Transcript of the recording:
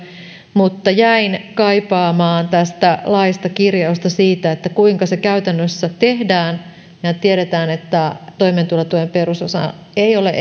mutta jäin kaipaamaan tästä laista kirjausta siitä kuinka se käytännössä tehdään mehän tiedämme että toimeentulotuen perusosa ei ole